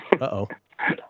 Uh-oh